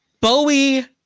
Bowie